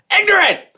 ignorant